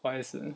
不好意思